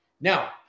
Now